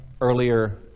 earlier